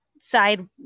side